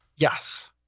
Yes